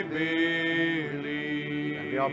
believe